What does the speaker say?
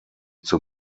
zur